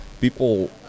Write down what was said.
people